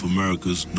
America's